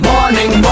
Morning